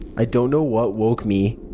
i don't know what woke me.